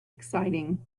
exciting